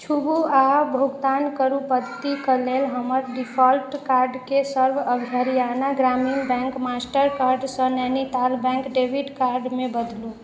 छूबु आ भुगतान करू पद्धतिक लेल हमर डिफाल्ट कार्डके सर्व हरियाणा ग्रामीण बैंक मास्टर कार्डसँ नैनीताल बैंक डेबिट कार्डमे बदलु